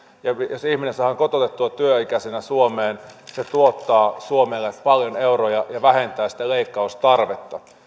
jos ihminen saadaan kotoutettua työikäisenä suomeen se tuottaa suomelle paljon euroja ja vähentää sitä leikkaustarvetta